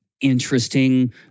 interesting